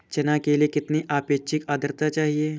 चना के लिए कितनी आपेक्षिक आद्रता चाहिए?